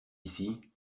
ici